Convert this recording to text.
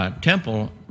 Temple